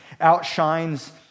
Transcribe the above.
outshines